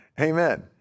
Amen